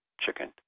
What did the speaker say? chicken